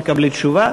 תקבלי תשובה.